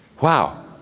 Wow